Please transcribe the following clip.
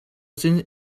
zin